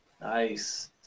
Nice